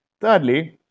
Thirdly